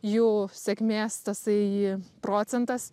jų sėkmės tasai procentas